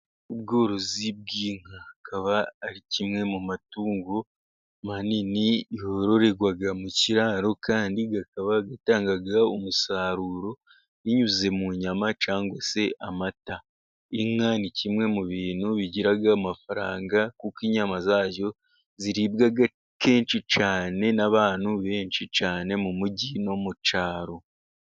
Ubworozi bw'inka akaba ari kimwe mu matungo manini, yororerwa mu kiraro kandi ikakaba itanga umusaruro binyuze mu nyama cyangwa se amata, inka ni kimwe mu bintu bigira amafaranga, kuko inyama zayo ziribwa kenshi cyane n'abantu benshi cyane mu mujyi no mu cyaro.